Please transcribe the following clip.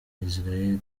israel